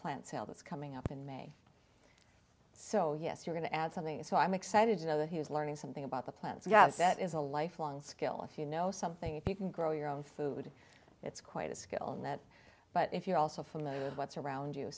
plant sale that's coming up in may so yes you're going to add something so i'm excited to know that he was learning something about the plans yes that is a lifelong skill if you know something if you can grow your own food it's quite a skill in that but if you're also familiar with what's around you